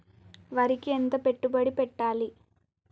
వరికి ఎంత పెట్టుబడి పెట్టాలి?